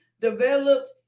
developed